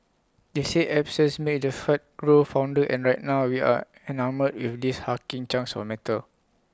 they say absence makes the heart grow fonder and right now we are enamoured with these hulking chunks of metal